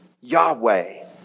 Yahweh